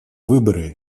выборы